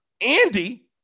Andy